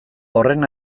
horren